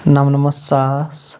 نَمنَمتھ ساس